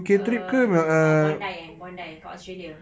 err no ah bondi ah bondi kat australia